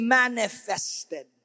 manifested